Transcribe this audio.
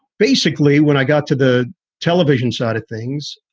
basically, when i got to the television side of things,